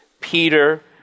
Peter